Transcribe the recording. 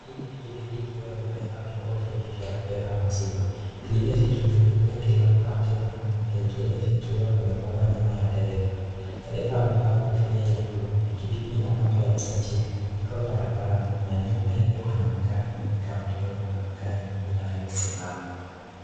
Hii ni pikipiki ikiwa imepepa vyombo vingi vya kupepa maziwa vinne vikininginia kila upande na vingine vikiwa vimefungwa nyuma ya dereva, dereva amevaa kofia ya buluu, pikipiki ina namba ya usajili, iko barabarani na nyuma yake kuna magari mengi kama lori na magari mengine yaliyosimama.